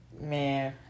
man